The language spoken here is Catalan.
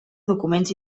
documents